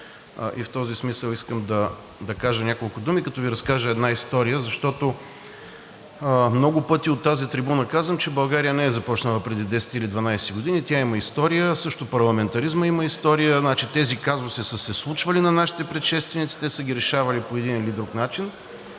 и в този смисъл искам да кажа няколко думи, като Ви разкажа една история. Много пъти от тази трибуна казвам, че България не е започнала преди 10 или 12 години, тя има история. Парламентаризмът също има история. Значи тези казуси са се случвали на нашите предшественици, те са ги решавали по един или друг начин.